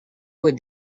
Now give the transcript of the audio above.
with